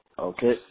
Okay